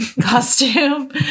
costume